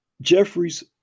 Jeffrey's